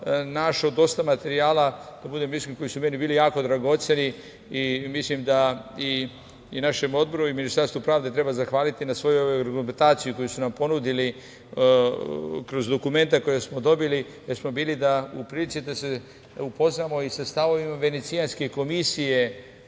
našao dosta materijala, da budem iskren, koji su meni bili jako dragoceni i mislim i našem odboru i Ministarstvu pravde treba zahvaliti na svoj ovoj argumentaciji koju su nam ponudili kroz dokumenta koja smo dobili, jer smo bili u prilici da se upoznamo i sa stavovima Venecijanske komisije